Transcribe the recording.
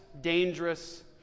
dangerous